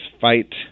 fight